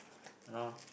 you know